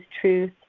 truth